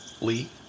Lee